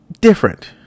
different